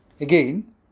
Again